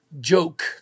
joke